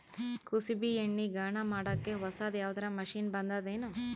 ಕುಸುಬಿ ಎಣ್ಣೆ ಗಾಣಾ ಮಾಡಕ್ಕೆ ಹೊಸಾದ ಯಾವುದರ ಮಷಿನ್ ಬಂದದೆನು?